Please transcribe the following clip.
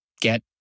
get